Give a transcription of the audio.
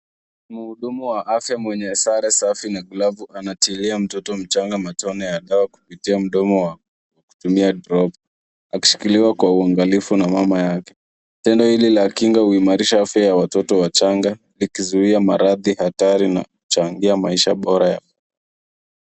Mhudumu wa afya mwenye sare safi na glavu anatilia mtoto mchanga matone ya dawa kupitia mdomo akitumia dropu akishikiliwa kwa uangalifu na mama yake. Tendo hili la kinga huimarisha afya ya watoto wachanga likizuia maradhi hatari na kuchangia maisha bora.